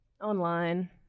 Online